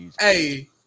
Hey